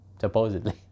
supposedly